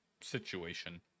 situation